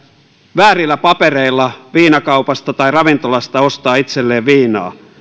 väärillä papereilla viinakaupasta tai ravintolasta ostaa itselleen viinaa